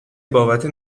بابت